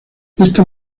esta